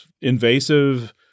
invasive